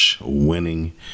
winning